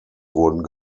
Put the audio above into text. wurden